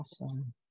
Awesome